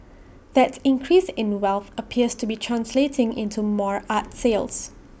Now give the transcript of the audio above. that increase in wealth appears to be translating into more art sales